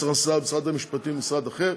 במשרד המשפטים או במשרד אחד.